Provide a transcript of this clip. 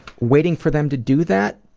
waiting for them to do that.